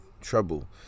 trouble